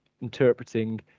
interpreting